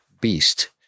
beast